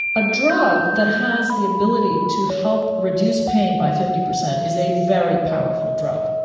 a drug that has the ability to help reduce pain by fifty percent is a very powerful drug.